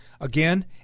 Again